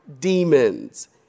demons